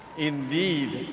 indeed,